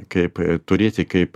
kaip turėti kaip